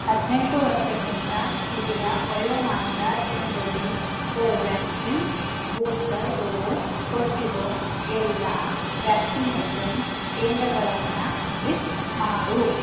ಹದಿನೆಂಟು ವರ್ಷಕ್ಕಿಂತ ಹಿರಿಯ ವಯೋಮಾನದ ಜನರಿಗೆ ಕೋವ್ಯಾಕ್ಸಿನ್ ಬೂಸ್ಟರ್ ಡೋಸ್ ಕೊಡ್ತಿರೋ ಎಲ್ಲ ವ್ಯಾಕ್ಸಿನೇಷನ್ ಕೇಂದ್ರಗಳನ್ನು ಲಿಸ್ಟ್ ಮಾಡು